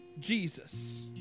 Jesus